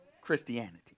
Christianity